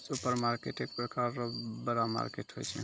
supermarket एक प्रकार रो बड़ा मार्केट होय छै